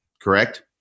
Correct